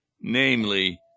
namely